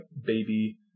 baby